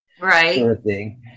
right